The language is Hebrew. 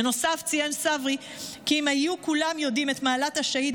בנוסף ציין צברי כי אם היו כולם יודעים את מעלת השהיד,